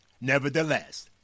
Nevertheless